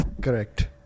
Correct